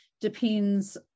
depends